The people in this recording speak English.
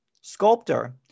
sculptor